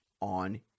on